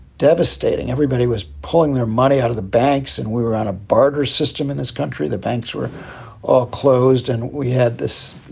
devastating. everybody was pulling their money out of the banks and we were on a barter system in this country. the banks were all closed and we had this,